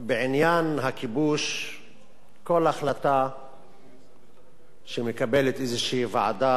כל החלטה שמקבלת איזו ועדה או בית-משפט או ממשלה בישראל,